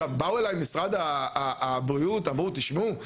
באו אלי משרד הבריאות ואמרו: תשמעו,